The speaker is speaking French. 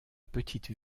petite